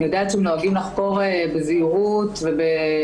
אני יודעת שהם נוהגים לחקור בזהירות וצניעות.